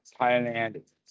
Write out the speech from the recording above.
Thailand